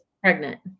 pregnant